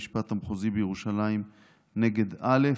הוגש כתב אישום לבית המשפט המחוזי בירושלים נגד א',